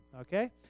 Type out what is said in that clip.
Okay